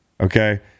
Okay